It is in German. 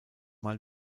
mal